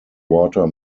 water